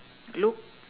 look